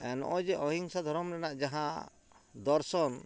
ᱱᱚᱜᱼᱚᱭᱡᱮ ᱚᱦᱤᱝᱥᱟ ᱫᱷᱚᱨᱚᱢ ᱨᱮᱱᱟᱜ ᱡᱟᱦᱟᱸ ᱫᱚᱨᱥᱚᱱ